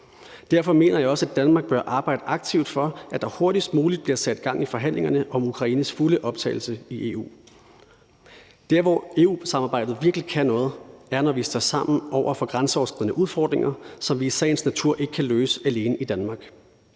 Derfor mener jeg også, at Danmark bør arbejde aktivt for, at der hurtigst muligt bliver sat gang i forhandlingerne om Ukraines fulde optagelse i EU. Der, hvor EU-samarbejdet virkelig kan noget, er, når vi står sammen over for grænseoverskridende udfordringer, som vi i sagens natur ikke kan løse alene i Danmark.